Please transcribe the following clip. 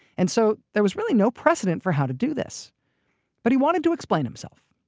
and so, there was really no precedent for how to do this but he wanted to explain himself,